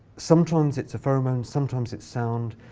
sometimes it's a pheromone, sometimes it's sound,